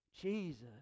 Jesus